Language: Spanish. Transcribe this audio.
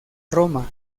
roma